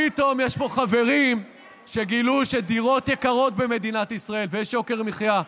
פתאום יש פה חברים שגילו שדירות יקרות במדינת ישראל ויש יוקר מחיה.